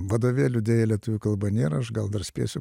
vadovėlių deja lietuvių kalba nėra aš gal dar spėsiu